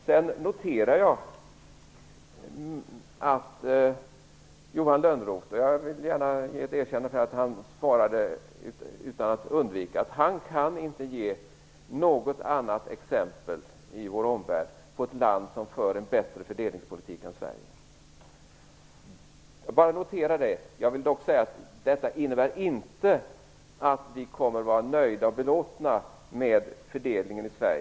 Jag noterar att Johan Lönnroth - och jag vill gärna ge honom ett erkännande för det - utan att vara undvikande svarade att han inte kan ge något annat exempel i vår omvärld på ett land som för en bättre fördelningspolitik än Sverige. Jag vill bara notera detta. Jag vill dock säga att detta inte innebär att vi kommer att vara nöjda och belåtna med fördelningen i Sverige.